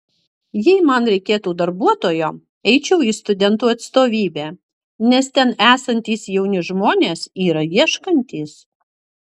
jei man reikėtų darbuotojo eičiau į studentų atstovybę nes ten esantys jauni žmonės yra ieškantys